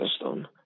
system